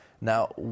Now